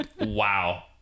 wow